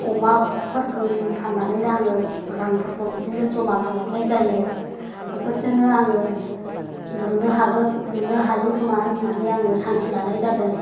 अमाफोरखो फाननानैनो आङो रांफोरखौ बिदिनो जमा खालामनाय जायो बेफोरजोंनो आङो लुनो हागोन लुनो हायो खोमा होननानै आङो थांखि लानाय जादों